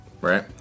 right